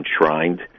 enshrined